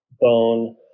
bone